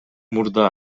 мурда